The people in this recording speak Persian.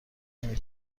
نمی